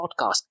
podcast